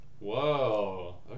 Whoa